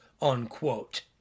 unquote